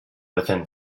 within